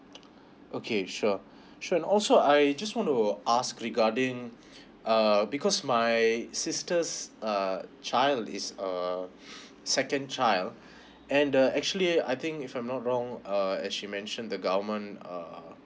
okay sure sure and also I just want to ask regarding err because my sister's uh child is uh second child and the actually I think if I'm not wrong uh as she mention the government err